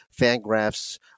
Fangraph's